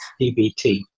DBT